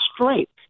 strength